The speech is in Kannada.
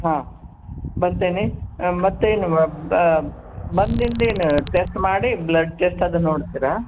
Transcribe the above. ಹಾಂ ಬರ್ತೇನೆ ಮತ್ತೇನು ಬಂದಿದ್ದೇನು ಚೆಕ್ ಮಾಡಿ ಬ್ಲಡ್ ಚೆಕ್ ಅದು ನೋಡ್ತೀರ